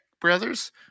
Brothers